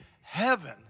heaven